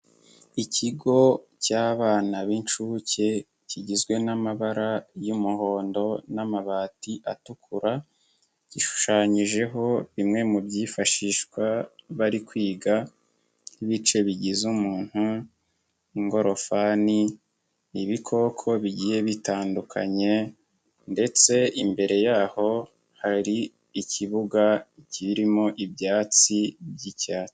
Ikigo cy'abana b'inshuke, kigizwe n'amabara y'umuhondo n'amabati atukura, gishushanyijeho bimwe mu byifashishwa bari kwiga, ibice bigize umuntu, ingorofani, ibikoko bigiye bitandukanye ndetse imbere yaho hari ikibuga kirimo ibyatsi by'icyatsi.